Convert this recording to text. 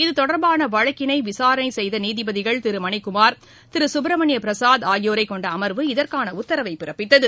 இதுதொர்பான வழக்கினை விசாரணை செய்த நீதிபதிகள் திரு மணிக்குமார் திரு சுப்ரமணிய பிரசாத் ஆகியோரை கொண்ட அமர்வு இதற்கான உத்தரவை பிறப்பித்தது